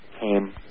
came